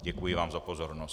Děkuji vám za pozornost.